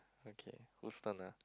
okay whose turn ah